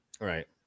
Right